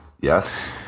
yes